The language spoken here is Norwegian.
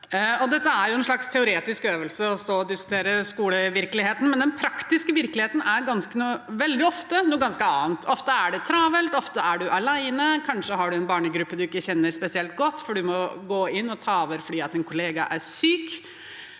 er en slags teoretisk øvelse, men den praktiske virkeligheten er veldig ofte noe ganske annet. Ofte er det travelt, ofte er man alene, kanskje har man en barnegruppe man ikke kjenner spesielt godt, for man må gå inn og ta over fordi en kollega er syk.